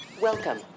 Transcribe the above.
Welcome